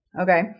Okay